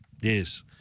Yes